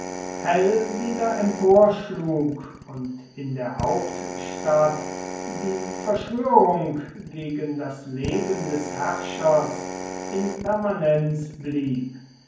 hell wieder emporschlug und in der hauptstadt die verschwörung gegen das leben des herrschers in permanenz blieb